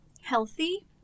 healthy